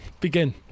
begin